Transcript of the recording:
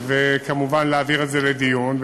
וכמובן להעביר את זה לדיון,